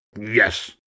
Yes